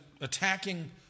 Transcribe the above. attacking